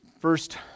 first